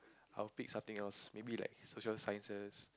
I'll pick something else maybe like social sciences